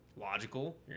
Logical